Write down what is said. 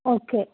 okay